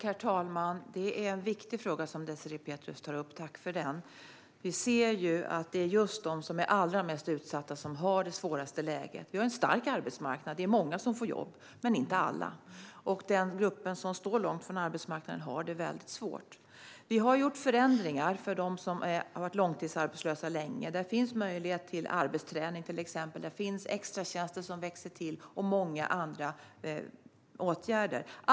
Herr talman! Det är en viktig fråga som Désirée Pethrus tar upp - tack för den! Vi ser ju att det är just de som är allra mest utsatta som har det svåraste läget. Vi har en stark arbetsmarknad. Det är många som får jobb, men inte alla. Den grupp som står långt ifrån arbetsmarknaden har det väldigt svårt. Vi har gjort förändringar för dem som har varit arbetslösa länge. Det finns till exempel möjlighet till arbetsträning. Det finns extratjänster som växer till, och det finns många andra åtgärder.